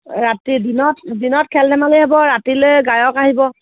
ৰাতি দিনত দিনত খেল ধেমালি হ'ব ৰাতিলৈ গায়ক আহিব